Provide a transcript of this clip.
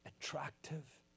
attractive